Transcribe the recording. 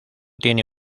tiene